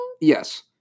Yes